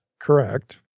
correct